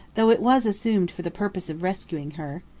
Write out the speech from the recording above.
though it was assumed for the purpose of rescuing her.